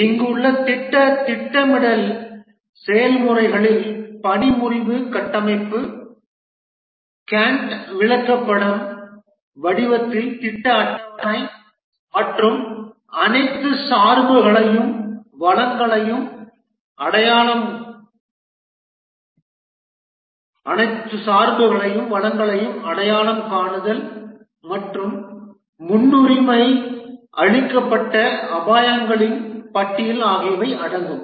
இங்குள்ள திட்ட திட்டமிடல் செயல்முறைகளில் பணி முறிவு கட்டமைப்பு கேன்ட் விளக்கப்படம் வடிவத்தில் திட்ட அட்டவணை மற்றும் அனைத்து சார்புகளையும் வளங்களையும் அடையாளம் காணுதல் மற்றும் முன்னுரிமை அளிக்கப்பட்ட அபாயங்களின் பட்டியல் ஆகியவை அடங்கும்